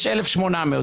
יש 1,800,